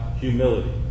humility